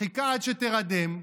חיכה עד שהיא תירדם,